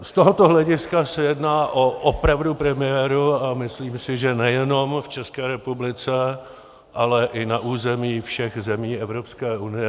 Z tohoto hlediska se jedná opravdu o premiéru a myslíme si, že nejenom v České republice, ale i na území všech zemí Evropské unie.